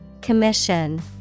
Commission